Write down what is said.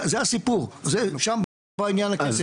זה הסיפור, שם בעניין הזה.